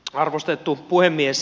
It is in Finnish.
arvostettu puhemies